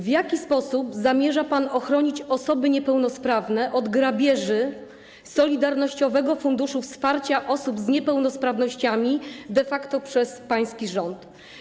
W jaki sposób zamierza pan ochronić osoby niepełnosprawne od grabieży Solidarnościowego Funduszu Wsparcia Osób Niepełnosprawnych, de facto przez pański rząd?